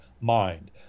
mind